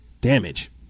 damage